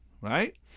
right